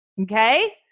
okay